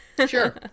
Sure